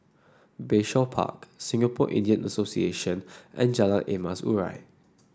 Bayshore Park Singapore Indian Association and Jalan Emas Urai